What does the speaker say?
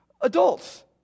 Adults